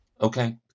Okay